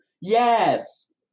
Yes